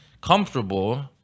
comfortable